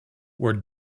were